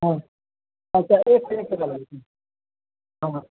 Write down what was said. हँ हँ